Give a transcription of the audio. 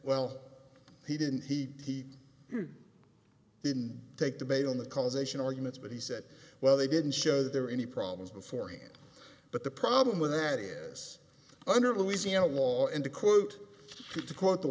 well he didn't he didn't take the bait on the causation arguments but he said well they didn't show that there were any problems beforehand but the problem with that is under louisiana law and the quote you to quote the